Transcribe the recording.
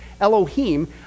Elohim